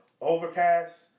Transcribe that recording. Overcast